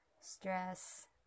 stress